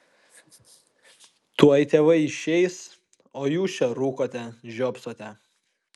tuoj tėvai išeis o jūs čia rūkote žiopsote